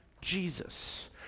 Jesus